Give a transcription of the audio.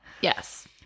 Yes